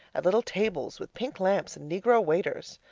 at little tables with pink lamps and negro waiters.